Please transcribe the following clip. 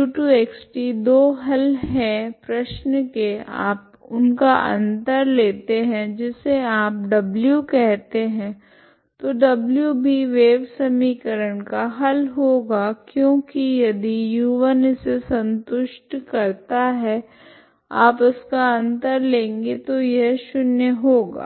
u2xt दो हल हे प्रश्न के आप उनका अंतर लेते है जिसे आप w कहते है तो w भी वेव समीकरण का हल होगा क्योकि यदि u1 इसे संतुष्ट करता है आप इसका अंतर लेगे तो यह शून्य होगा